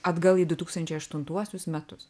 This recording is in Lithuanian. atgal į du tūkstančiai aštuntuosius metus